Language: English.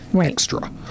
extra